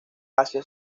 asia